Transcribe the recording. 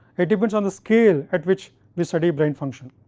it depends on the scale at which we study brain function.